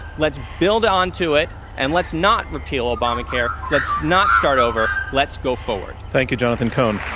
let's build onto it, and let's not repeal obamacare, let's not start over, let's go forward. thank you, jonathan cohn.